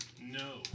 No